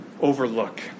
overlook